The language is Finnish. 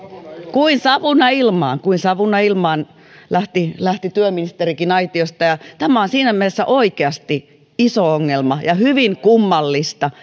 kuin savuna ilmaan kuin savuna ilmaan lähti lähti työministerikin aitiosta tämä on siinä mielessä oikeasti iso ongelma ja hyvin kummallista